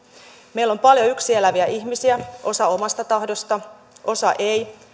meillä on paljon yksin eläviä ihmisiä osa omasta tahdosta osa ei